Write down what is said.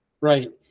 right